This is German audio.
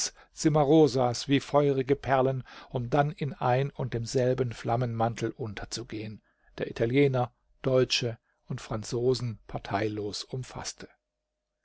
cimarosas wie feurige perlen um dann in ein und demselben flammenmantel unterzugehen der italiener deutsche und franzosen parteilos umfaßte